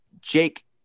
Jake –